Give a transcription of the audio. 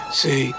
see